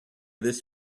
this